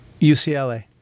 UCLA